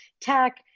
tech